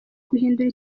guhindura